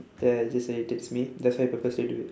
that I just say irritates me that's why purposely do it